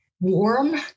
warm